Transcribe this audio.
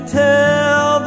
tell